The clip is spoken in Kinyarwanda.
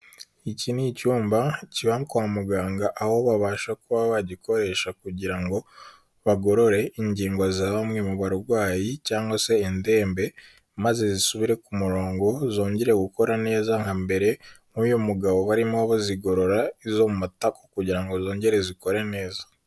Iki ni icyumba kiba kwa muganga aho babasha kuba bagikoresha kugira ngo, bagorore ingingo za bamwe mu barwayi cyangwa se indembe, maze zisubire ku murongo zongere gukora neza nka mbere, nk'uyu mugabo barimo bazigorora izo mu matako kugira ngo zongere zikore neza.